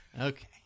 Okay